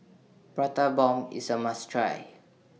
Prata Bomb IS A must Try